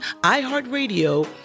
iHeartRadio